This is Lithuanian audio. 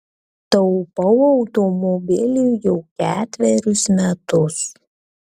taupau automobiliui jau ketverius metus